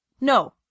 No